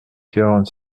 quarante